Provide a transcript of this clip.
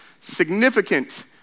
significant